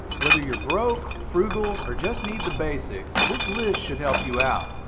whether you're broke, frugal, or just need the basics, this list should help you out.